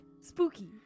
spooky